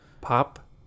Pop